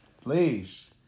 Please